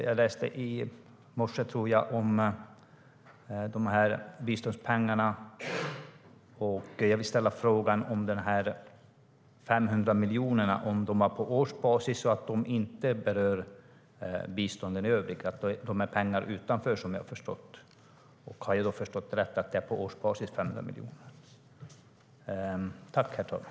Jag läste i morse om biståndspengarna, och jag vill ställa frågan om de 500 miljonerna: Är de på årsbasis, så att de inte berör biståndet i övrigt? Det är pengar utanför, som jag har förstått det. Har jag förstått det rätt att det är 500 miljoner på årsbasis?